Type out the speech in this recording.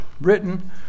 written